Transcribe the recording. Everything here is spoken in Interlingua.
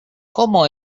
como